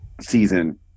season